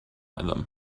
them